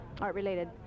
art-related